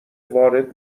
وارد